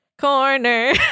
corner